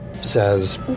says